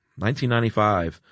1995